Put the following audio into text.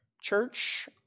Church